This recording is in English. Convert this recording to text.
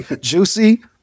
Juicy